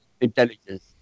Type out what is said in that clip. intelligence